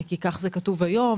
כי כך זה כתוב היום.